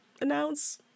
announce